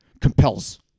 compels